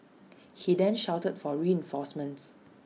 he then shouted for reinforcements